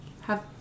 have-